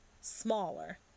smaller